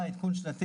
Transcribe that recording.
מה, העדכון השנתי?